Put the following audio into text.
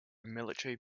military